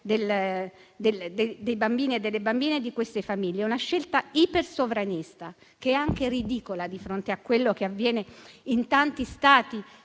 dei bambini, delle bambine e di queste famiglie. È una scelta ipersovranista, anche ridicola di fronte a quello che avviene in tanti Stati